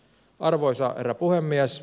arvoisa herra puhemies